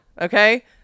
Okay